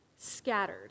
scattered